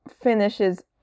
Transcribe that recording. finishes